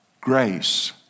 Grace